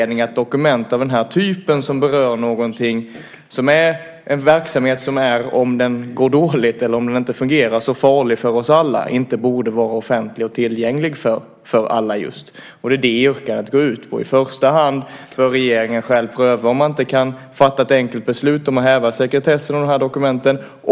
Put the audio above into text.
Dokument som berör en verksamhet som om den inte fungerar kan vara farlig för oss alla bör vara offentliga och tillgängliga för alla. Det är vad vårt yrkande i första hand går ut på. I första hand bör regeringen själv pröva om man kan fatta ett enkelt beslut om att häva sekretessen för dessa dokument.